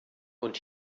und